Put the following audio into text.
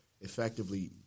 effectively